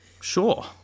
Sure